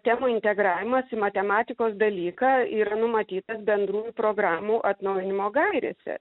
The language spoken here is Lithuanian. temų integravimas į matematikos dalyką yra numatytas bendrųjų programų atnaujinimo gairėse